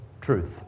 truth